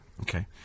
Okay